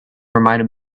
reminded